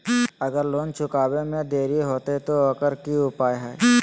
अगर लोन चुकावे में देरी होते तो ओकर की उपाय है?